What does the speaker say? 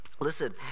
listen